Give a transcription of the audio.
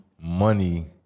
money